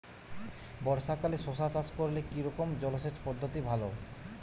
বর্ষাকালে শশা চাষ করলে কি রকম জলসেচ পদ্ধতি ভালো?